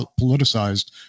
politicized